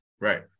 Right